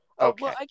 okay